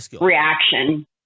reaction